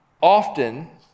often